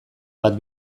bat